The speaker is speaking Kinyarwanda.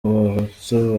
abahutu